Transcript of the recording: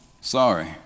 Sorry